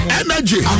energy